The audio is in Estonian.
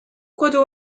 kodu